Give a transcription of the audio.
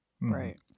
Right